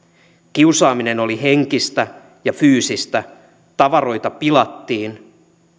kiusaaminen oli henkistä ja fyysistä tavaroita pilattiin